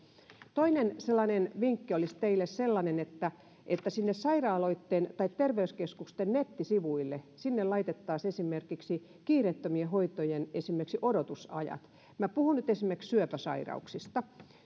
toinen vinkki teille olisi sellainen että että sinne sairaaloitten tai terveyskeskusten nettisivuille laitettaisiin esimerkiksi kiireettömien hoitojen odotusajat minä puhun nyt esimerkiksi syöpäsairauksista